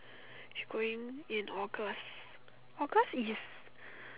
she's going in August August is